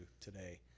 today